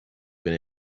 been